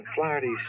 Flaherty's